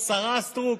השרה סטרוק.